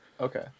Okay